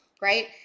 right